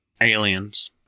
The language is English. Aliens